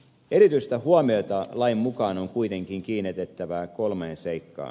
erityistä huomiota lain mukaan on kuitenkin kiinnitettävä kolmeen seikkaan